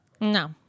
No